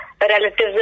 relatives